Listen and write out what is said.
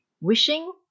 wishing